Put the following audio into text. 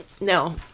No